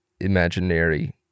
imaginary